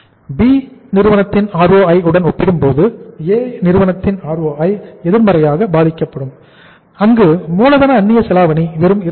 B இன் ROI உடன் ஒப்பிடும்போது A நிறுவனத்தின் ROI எதிர்மறையாக பாதிக்கப்படும் அங்கு மூலதன அந்நிய செலாவணி வெறும் 27